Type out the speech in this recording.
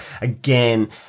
Again